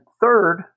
third